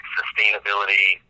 sustainability